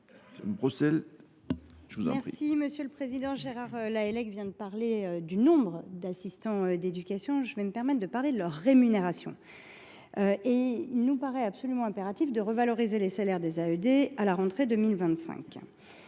La parole est à Mme Colombe Brossel. Gérard Lahellec vient de parler du nombre d’assistants d’éducation. Je vais me permettre de parler de leur rémunération. Il nous paraît absolument impératif de revaloriser les salaires des AED à la rentrée 2025.